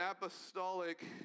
apostolic